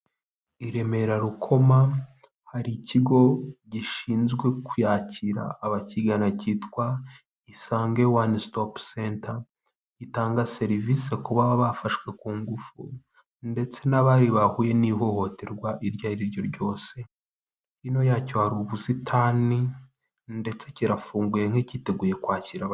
I remera rukoma hari ikigo gishinzwe kuyakira abakigana cyitwa isange wane sitopu senta, gitanga serivisi ku baba bafashwe ku ngufu ndetse n'abari bahuye n'ihohoterwa iryo ari ryo ryose, hino yacyo hari ubusitani ndetse kirafunguye nk'icyiteguye kwakira aba.